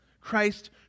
Christ